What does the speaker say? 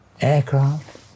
aircraft